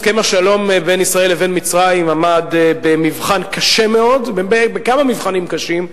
הסכם השלום בין ישראל לבין מצרים עמד בכמה מבחנים קשים.